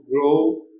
grow